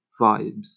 vibes